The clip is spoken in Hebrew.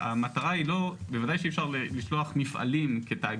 המטרה היא לא בוודאי שאי אפשר לשלוח מפעלים כתאגידים